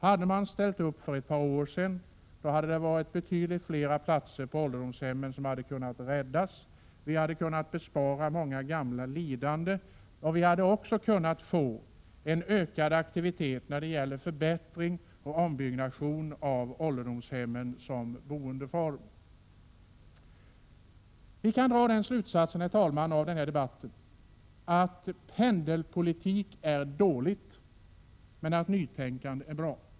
Hade man ställt upp för ett par år sedan hade betydligt fler platser på ålderdomshemmen kunnat räddas, och vi hade kunnat bespara många gamla ett lidande. Vi hade också kunnat få en ökad aktivitet i fråga om förbättring och ombyggnad av ålderdomshem. Vi kan, herr talman, av debatten dra slutsatsen att pendelpolitik är dåligt och att nytänkande är bra.